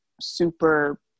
super